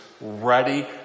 ready